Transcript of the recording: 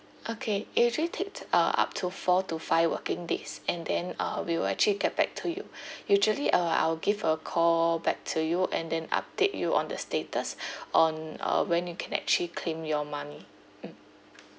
okay it actually take uh up to four to five working days and then uh we will actually get back to you usually uh I will give a call back to you and then update you on the status on uh when you can actually claim your money mm